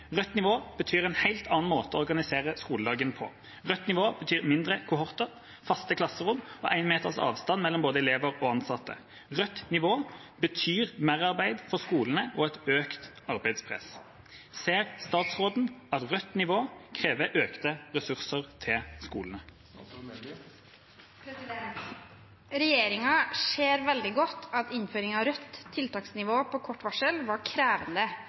betyr en helt annen måte å organisere skoledagen på. Rødt nivå betyr mindre kohorter, faste klasserom og én meters avstand mellom både elever og ansatte. Rødt nivå betyr merarbeid for skolene og et økt arbeidspress. Ser statsråden at rødt nivå krever økte ressurser til skolene?» Regjeringen ser veldig godt at innføring av rødt tiltaksnivå på kort varsel var krevende